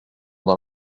dans